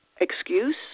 excuse